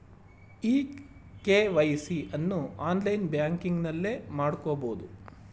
E KYC ಅನ್ನು online ಬ್ಯಾಂಕಿಂಗ್ನಲ್ಲೇ ಮಾಡ್ಕೋಬೋದು